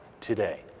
today